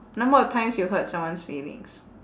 number of times you hurt someone's feelings